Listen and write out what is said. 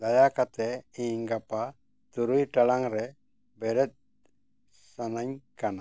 ᱫᱟᱭᱟ ᱠᱟᱛᱮᱫ ᱤᱧ ᱜᱟᱯᱟ ᱛᱩᱨᱩᱭ ᱴᱟᱲᱟᱝ ᱨᱮ ᱵᱮᱨᱮᱫ ᱥᱟᱱᱟᱧ ᱠᱟᱱᱟ